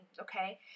okay